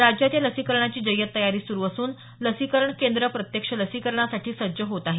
राज्यात या लसीकरणाची जय्यत तयारी सुरु असून लसीकरण केंद्रं प्रत्यक्ष लसीकरणासाठी सज्ज होत आहेत